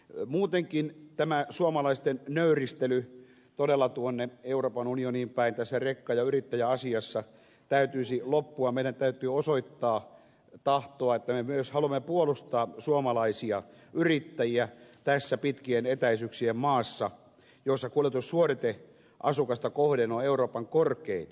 l muutenkin tämä suomalaisten naurista nyt todella tuonne euroopan unioniin päin tässä rekka ja yrittäjäasiassa täytyisi ulottua meidän täytyy osoittaa tahtoa tee myös halme puolustaa suomalaisia yrittäjiä tässä pitkien etäisyyksien maassa jossa kuljetussuorite asukasta kohden euroopan korkein